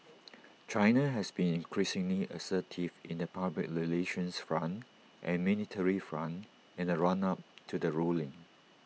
China has been increasingly assertive in the public relations front and military front in the run up to the ruling